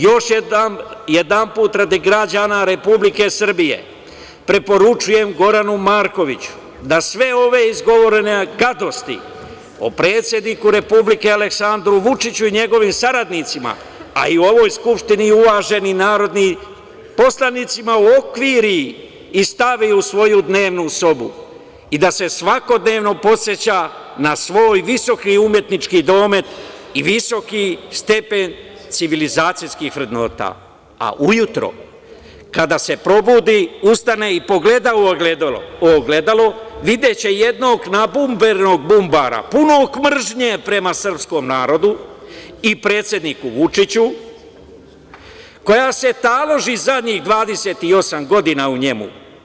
Još jedanom, radi građana Republike Srbije, preporučujem Goranu Markoviću da sve ove izgovorene gadosti o predsedniku Republike, Aleksandru Vučiću, i njegovim saradnicima, a i u ovoj Skupštini uvaženi narodnim poslanicima, uokviri i stavi u svoju dnevnu sobu i da se svakodnevno podseća na svoj visoki umetnički domet i visoki stepen civilizacijskih vrednosti, a ujutru kada se probudi, ustane i pogleda u ogledalo, videće jednog nabumbrenog bumbara punog mržnje prema srpskom narodu i predsedniku Vučiću, koja se taloži zadnjih 28 godina u njemu.